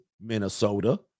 Minnesota